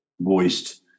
voiced